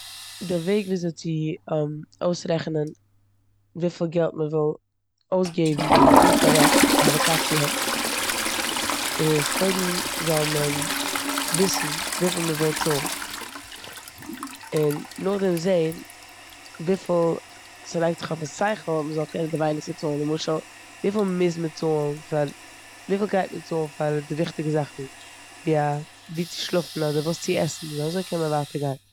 די וועג וויאזוי צו אויסרעכענען וויפיל געלט מ'וויל אויסגעבן ווען מ'פארט אוועק אויף א וואקאציע איז קודם זאל מען וויסן וויפיל מ'וויל צאלן און נאכדעם זען וויפיל ס'לייגט זיך אויפן שכל מ'זאל קענען די ווייניגסטע צאלן. נמשל וויפיל מוז מען צאלן פאר- וויפיל גייט מען צאלן פאר די וויכטיגסטע זאכן ווי א- ווי צו שלאפן און וואס צו עסן און אזוי קען מען ווייטער גיין.